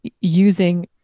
using